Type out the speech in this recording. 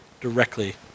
directly